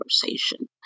conversation